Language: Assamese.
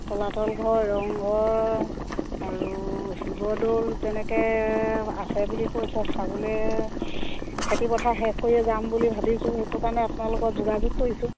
তলাতল ঘৰ ৰংঘৰ আৰু শিৱদৌল তেনেকৈ আছে বুলি কৈছে চাবলৈ খেতিপথাৰ শেষ কৰিয়ে যাম বুলি ভাবিছোঁ সেইটো কাৰণে আপোনাৰ লগত যোগাযোগ কৰিছোঁ